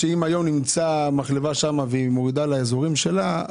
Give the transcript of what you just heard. אם היום נמצא שם מחלבה שמורידה לאזורים שלה,